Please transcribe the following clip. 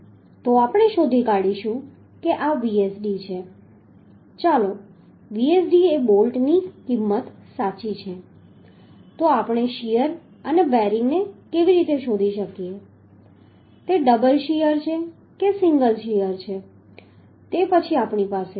તો આપણે શોધી કાઢીશું કે આ Vsd છે ચાલો Vsd એ બોલ્ટની કિંમત સાચી છે તો આપણે આ શીયર અને બેરિંગને કેવી રીતે શોધી શકીએ તે ડબલ શીયર છે કે સિંગલ શીયર છે તે પછી આપણી પાસે છે